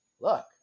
look